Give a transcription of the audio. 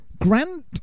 Grant